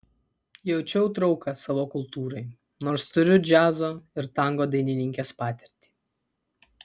jaučiau trauką savo kultūrai nors turiu džiazo ir tango dainininkės patirtį